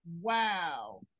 Wow